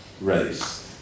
race